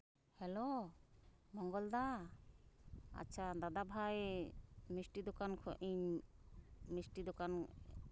hello ᱢᱚᱝᱜᱚᱞᱫᱟ ᱟᱪᱪᱷᱟ ᱫᱟᱫᱟ ᱵᱷᱟᱭ ᱢᱤᱥᱴᱤ ᱫᱚᱠᱟᱱ ᱠᱷᱚᱡ ᱤᱧ ᱢᱤᱥᱴᱤ ᱫᱚᱠᱟᱱ